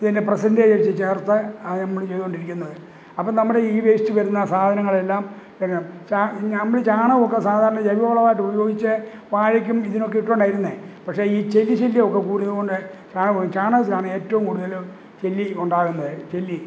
ഇതിൻ്റെ പ്രെസൻറ്റേജ് വച്ച് ചേർത്ത് അതാണ് നമ്മള് ചെയ്തോണ്ടിരിക്കുന്നത് അപ്പോള് നമ്മുടെ ഈ വേസ്റ്റ് വരുന്ന സാധനങ്ങളെല്ലാം എന്ന ഞമ്മള് ചാണകമൊക്കെ സാധാരണ ജൈവവളമായിട്ടുപയോഗിച്ച് വാഴയ്ക്കും ഇതിനൊക്കെ ഇട്ടോണ്ടായിരുന്നെ പക്ഷെ ഈ ചെല്ലി ശല്യമൊക്കെ കൂടിയതുകൊണ്ട് ചാണകത്തിലാണ് ഏറ്റവും കൂടുതല് ചെല്ലിയുണ്ടാകുന്നത് ചെല്ലി